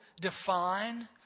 define